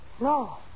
No